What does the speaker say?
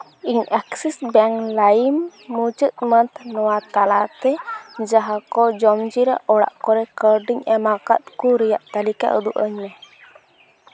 ᱤᱧ Axis bank ᱞᱟᱭᱤᱢ ᱢᱩᱪᱟᱹᱫ ᱢᱟᱱᱛᱷ ᱱᱚᱣᱟ ᱛᱟᱞᱟ ᱛᱮ ᱡᱟᱦᱟᱸ ᱠᱚ ᱡᱚᱢᱡᱤᱨᱟᱹᱣ ᱚᱲᱟᱜ ᱠᱚᱨᱮ ᱠᱟᱹᱣᱰᱤᱧ ᱮᱢᱟᱠᱟ ᱠᱩ ᱨᱮᱭᱟᱜ ᱛᱟᱹᱞᱤᱠᱟ ᱩᱫᱩᱜ ᱟᱹᱧ